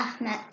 Ahmed